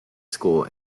school